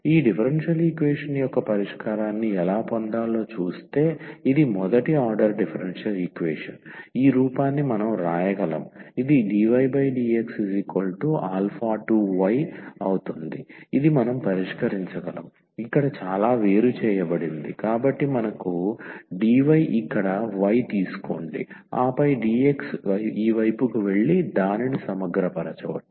ఈ differential equation యొక్క పరిష్కారాన్ని ఎలా పొందాలో చూస్తే ఇది మొదటి ఆర్డర్ డిఫరెన్షియల్ ఈక్వేషన్ ఈ రూపాన్ని మనం వ్రాయగలము ఇది dydx2y ఇది మనం పరిష్కరించగలము ఇక్కడ చాలా వేరుచేయబడినది కాబట్టి మనకు dy ఇక్కడ y తీసుకోండి ఆపై dx ఈ వైపుకు వెళ్లి దానిని సమగ్రపరచవచ్చు